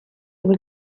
were